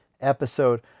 episode